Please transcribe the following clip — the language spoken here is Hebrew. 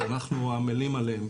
שאנחנו עמלים עליהם,